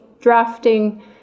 drafting